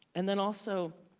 and then also